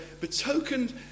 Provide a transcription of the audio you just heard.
betokened